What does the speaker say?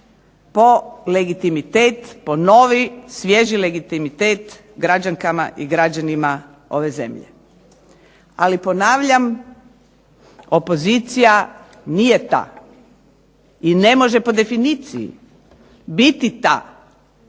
po legitimitet, po novi, svježi legitimitet građankama i građanima ove zemlje. Ali ponavljam opozicija nije ta i ne može po definiciji biti ta